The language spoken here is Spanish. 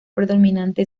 predominante